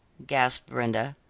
gasped brenda.